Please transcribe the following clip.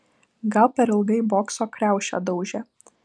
gal per ilgai bokso kriaušę daužė